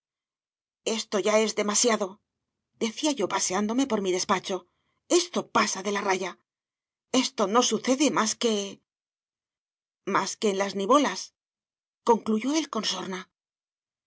esto ya es demasiadodecía yo paseándome por mi despacho esto pasa de la raya esto no sucede más que más que en las nivolasconcluyó él con sorna